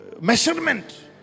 Measurement